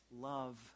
love